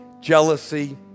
jealousy